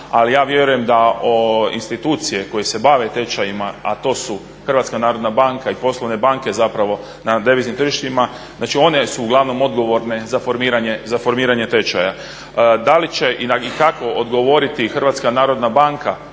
Ali vjerujem da institucije koje se bave tečajima, a to su Hrvatska narodna banka i poslovne banke zapravo na deviznim tržištima, znači one su uglavnom odgovorne za formiranje tečaja. Da li će i kako odgovoriti Hrvatska narodna banka